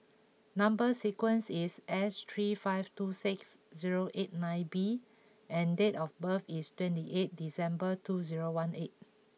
number sequence is S three five two six zero eight nine B and date of birth is twenty eight December two zero one eight